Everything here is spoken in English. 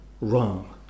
wrong